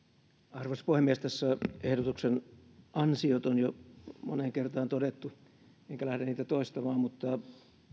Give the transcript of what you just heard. arvoisa puhemies ehdotuksen ansiot on jo moneen kertaan todettu enkä lähde niitä toistamaan mutta